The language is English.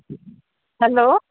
hello